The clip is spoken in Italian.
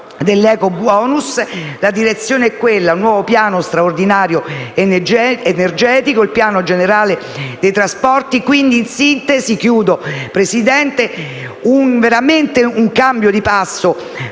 dell'ecobonus. La direzione è quella: un nuovo piano straordinario energetico e il piano generale dei trasporti. In sintesi, occorre veramente un cambio di passo